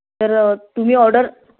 तर तुम्ही ऑर्डर